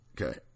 okay